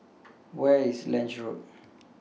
Where IS Lange Road